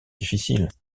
difficiles